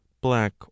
black